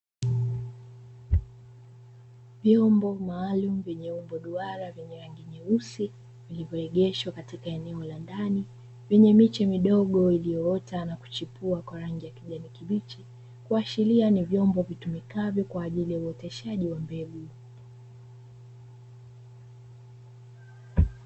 Vyombo maalumu vyenye umbo duara vyenye rangi nyeusi vilivyoegeshwa katika eneo la ndani, vyenye miche midogo iliyoota na kuchipua kwa rangi ya kijani kibichi, kuashiria ni vyombo vitumikavyo kwa ajili ya uoteshaji wa mbegu.